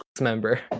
member